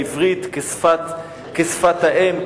העברית כשפת האם,